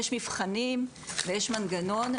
יש מבחנים ויש מנגנון,